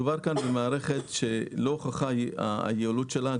מדובר כאן במערכת שלא הוכחה היעילות שלה.